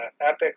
epic